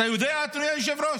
אתה יודע, אדוני היושב-ראש?